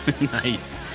Nice